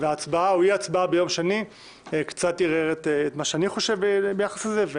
וההצבעה או אי ההצבעה ביום שני קצת ערערה את מה שאני חושב ביחס לזה.